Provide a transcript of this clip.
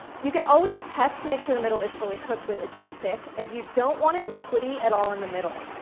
you can always test to make sure the middle is fully cooked with a toothpick, as you don't want it liquidy at all in the middle.